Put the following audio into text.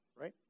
right